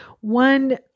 One